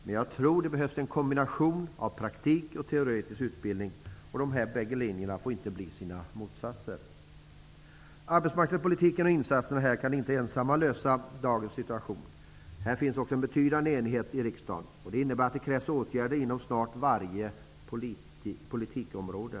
Men jag tror att det behövs en kombination av praktik och teoretisk utbildning. De här bägge linjerna får inte bli varandras motsatser. De arbetsmarknadspolitiska insatserna kan inte ensamma reda upp dagens situation. Här finns också en betydande enighet i riksdagen. Det innebär att det krävs åtgärder inom snart sagt varje politikområde.